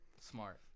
smart